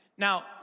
Now